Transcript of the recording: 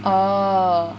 oh